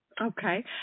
Okay